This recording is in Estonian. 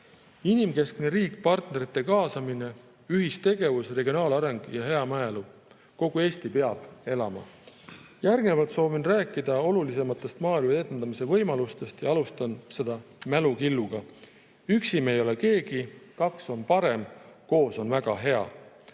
Inimkeskne riik, partnerite kaasamine, ühistegevus, regionaalareng ja hea maaelu – kogu Eesti peab elama! Järgnevalt soovin rääkida olulisematest maaelu edendamise võimalustest ja alustan seda mälukilluga: üksi me ei ole keegi, kaks on parem, koos on väga hea.